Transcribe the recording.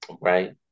Right